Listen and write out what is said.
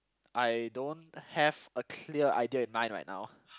I don't have a clear idea in mind right now